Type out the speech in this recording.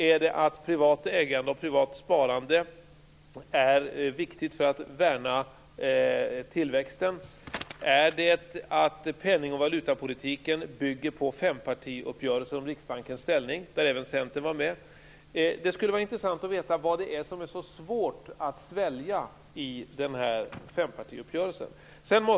Är det att privat ägande och privat sparande är viktigt för att värna tillväxten? Är det att penning och valutapolitiken bygger på fempartiuppgörelsen om Riksbankens ställning, där även Centern var med? Det skulle vara intressant att få veta vad det är som är så svårt att svälja i den här fempartiuppgörelsen.